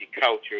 culture